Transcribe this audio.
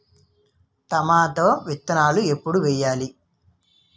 Tomato విత్తనాలు ఎప్పుడు వెయ్యాలి?